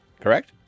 correct